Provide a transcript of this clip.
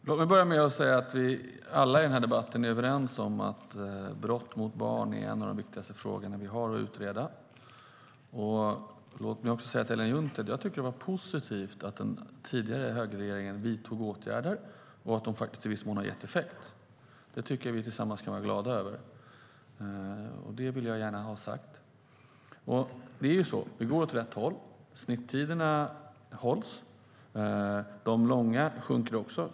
Herr talman! Låt mig börja med att säga att vi alla i denna debatt är överens om att brott mot barn är en av de viktigaste frågorna som vi har att utreda. Låt mig också säga till Ellen Juntti att jag tycker att det var positivt att den tidigare högerregeringen vidtog åtgärder och att de faktiskt i viss mån har gett effekt. Det kan vi gemensamt vara glada över. Detta vill jag gärna ha sagt. Det går åt rätt håll. Snittiderna hålls. De långa minskar också.